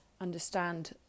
understand